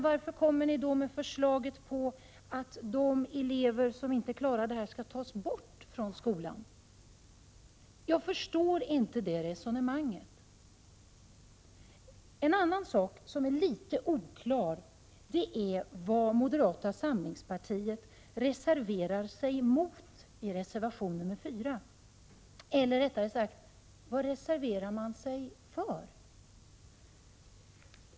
Varför kommer ni då med förslag om att de elever som inte klarar sina studier skall tas bort från skolan? Jag förstår inte det resonemanget. Det är också litet oklart vad moderata samlingspartiet reserverar sig mot i reservation nr 4, eller rättare sagt vad man reserverar sig för.